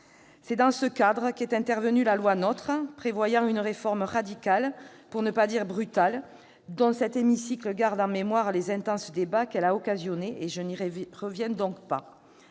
C'est dans ce cadre qu'est intervenue la loi NOTRe prévoyant une réforme radicale, pour ne pas dire brutale, dont cet hémicycle garde en mémoire les intenses débats qu'elle a occasionnés. Je n'y reviens donc pas.